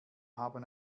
haben